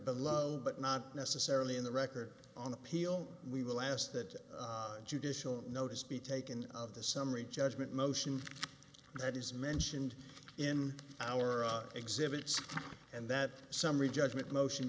of love but not necessarily in the record on appeal we will ask that judicial notice be taken of the summary judgment motion that is mentioned in our exhibits and that summary judgment motion